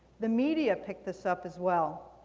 the media picked this up as well.